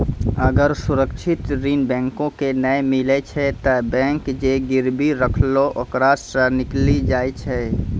अगर सुरक्षित ऋण बैंको के नाय मिलै छै तै बैंक जे गिरबी रखलो ओकरा सं निकली जाय छै